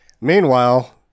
Meanwhile